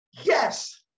Yes